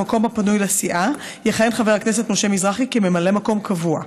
במקום הפנוי לסיעה יכהן חבר הכנסת משה מזרחי כממלא מקום קבוע.